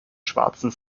schwarzen